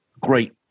great